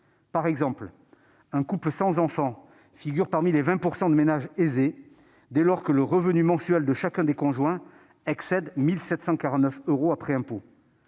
Par exemple, un couple sans enfant figure parmi les 20 % de ménages aisés dès lors que le revenu mensuel de chacun des conjoints excède 1 749 euros après impôts